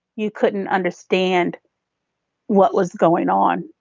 you couldn't understand what was going on.